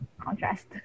contrast